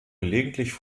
gelegentlich